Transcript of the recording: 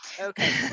Okay